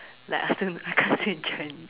like I still I can't sit in the chair